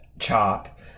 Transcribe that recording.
CHOP